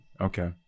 okay